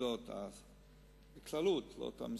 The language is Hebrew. העובדות בכללותן, לא אותם מספרים.